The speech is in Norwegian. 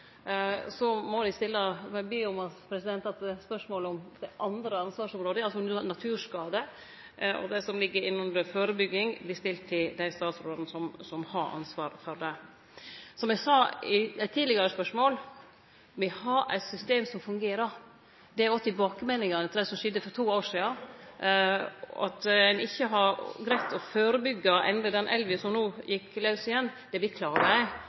så må eg be om at spørsmål om dei andre ansvarsområda – altså dei som handlar om naturskade og førebygging – vert stilt til dei statsrådane som har ansvaret for det. Som eg sa i eit tidlegare spørsmål: Me har eit system som fungerer. Det er òg tilbakemeldingane etter det som skjedde for to år sidan. At ein ikkje har greidd å førebyggje og endre den elva som no gjekk laus igjen, beklagar eg, men det vert gjort. Både svaret til forrige hovedspørsmål og det vi